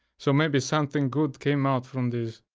so maybe something good came out from this.